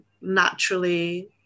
naturally